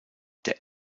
der